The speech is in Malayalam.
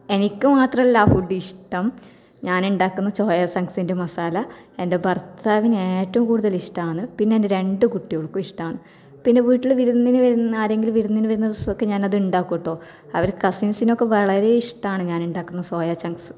എനിക്ക് മാത്രല്ല ആ ഫുഡിഷ്ടം ഞാൻ ഉണ്ടാക്കുന്ന സോയാ ചങ്ക്സിൻ്റെ മസാല എൻ്റെ ഭർത്താവിന് ഏറ്റവും കൂടുതൽ ഇഷ്ടമാണ് പിന്നെ എൻ്റെ രണ്ട് കുട്ടികൾക്കും ഇഷ്ടമാണ് പിന്നെ വീട്ടില് വിരുന്നിന് വരുന്നത് ആരെങ്കിലും വിരുന്നിന് വരുന്ന ദിവസമൊക്കെ ഞാൻ അത് ഉണ്ടാക്കും കേട്ടോ അവർക്ക് കസിൻസിനൊക്കെ വളരെ ഇഷ്ടമാണ് ഞാൻ ഉണ്ടാക്കുന്ന സോയ ചങ്ക്സ്